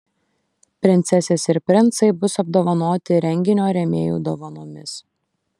princesės ir princai bus apdovanoti renginio rėmėjų dovanomis